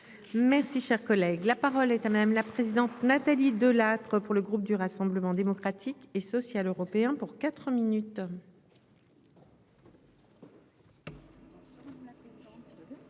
Merci, cher collègue, la parole est à madame la présidente Nathalie Delattre pour le groupe du Rassemblement démocratique et social européen pour 4 minutes.